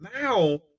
now